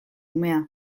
umea